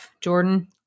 Jordan